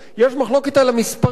יש מחלוקת על המספרים.